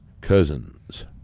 cousins